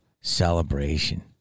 celebration